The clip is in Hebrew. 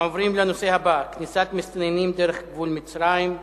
הנושא הבא הוא: כניסת מסתננים דרך גבול מצרים,